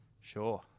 Sure